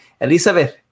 Elizabeth